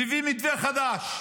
והביא מתווה חדש,